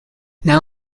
now